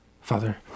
Father